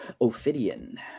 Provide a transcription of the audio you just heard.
Ophidian